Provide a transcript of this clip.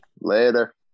Later